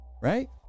right